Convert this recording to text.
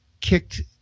kicked